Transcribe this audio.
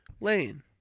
Lane